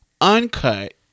uncut